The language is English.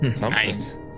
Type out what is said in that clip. Nice